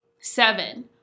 seven